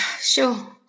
sure